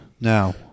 Now